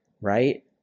right